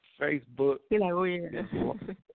Facebook